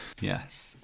yes